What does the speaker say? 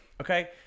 Okay